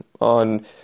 on